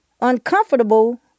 uncomfortable